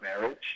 marriage